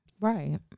right